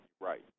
right